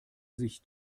sich